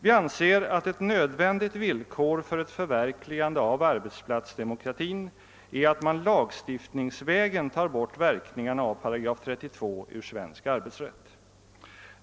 Vi anser att ett nödvändigt villkor för ett förverkligande av arbetsplatsdemokratin är att man lagstiftningsvägen tar bort verkningarna av § 32 ur svensk arbetsrätt ———.